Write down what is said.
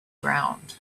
ground